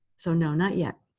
so no, not yet.